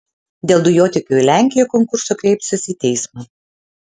dėl dujotiekio į lenkiją konkurso kreipsis į teismą